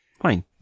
Fine